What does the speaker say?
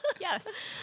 Yes